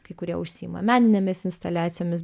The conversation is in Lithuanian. kai kurie užsiima meninėmis instaliacijomis